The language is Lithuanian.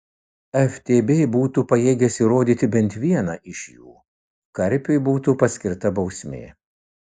ftb būtų pajėgęs įrodyti bent vieną iš jų karpiui būtų paskirta bausmė